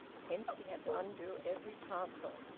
hence he had to undo every parcel.